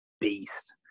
beast